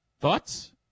Thoughts